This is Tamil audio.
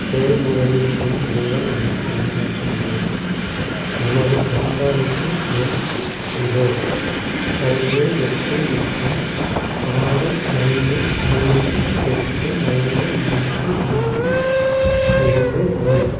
செயல்முறையின் பின் மூலம் எனக்கு வழிகாட்ட முடியுமா எனது கண்காணிப்பு எண் இதோ ஐந்து எட்டு எட்டு ஆறு ஐந்து மூன்று எட்டு ஐந்து மூன்று ஒன்று இரண்டு மூன்று